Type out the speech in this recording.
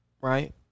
Right